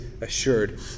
assured